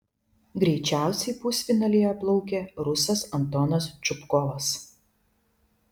greičiausiai pusfinalyje plaukė rusas antonas čupkovas